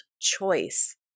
choice